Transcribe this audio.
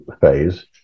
phase